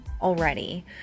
already